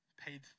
paid